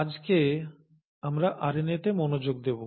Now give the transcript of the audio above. আজকে আমরা আরএনএতে মনোযোগ দেব